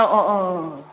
औ औ औ